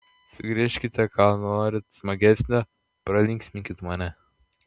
sugriežkite ką norint smagesnio pralinksminkit mane